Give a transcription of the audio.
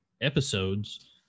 episodes